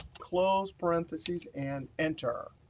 close parentheses and enter.